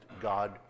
God